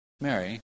Mary